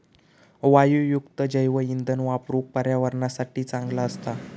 वायूयुक्त जैवइंधन वापरुक पर्यावरणासाठी चांगला असता